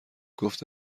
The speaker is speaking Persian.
گفت